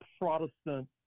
protestant